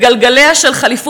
הפתרון חייב